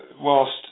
whilst